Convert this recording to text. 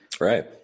Right